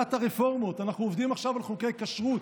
בוועדת הרפורמות אנחנו עובדים עכשיו על חוקי כשרות.